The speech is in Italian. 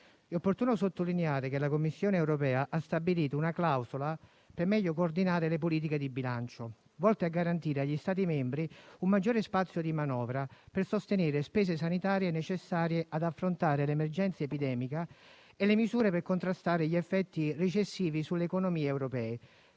È opportuno sottolineare che la Commissione europea ha stabilito una clausola per meglio coordinare le politiche di bilancio volte a garantire agli Stati membri un maggiore spazio di manovra, per sostenere spese sanitarie necessarie ad affrontare l'emergenza epidemica e le misure per contrastare gli effetti recessivi sulle economie europee,